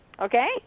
Okay